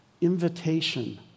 invitation